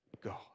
God